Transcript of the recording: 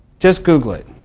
just google it.